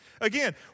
Again